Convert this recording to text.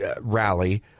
rally